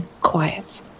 quiet